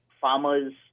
farmers